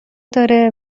داره